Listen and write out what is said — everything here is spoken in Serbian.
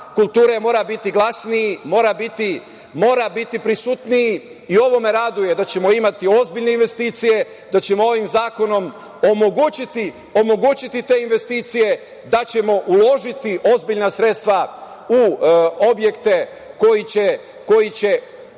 kulture mora biti glasniji, mora biti prisutniji. Ovo me raduje da ćemo imati ozbiljne investicije, da ćemo ovim zakonom omogućiti te investicije, da ćemo uložiti ozbiljna sredstva u objekte koji će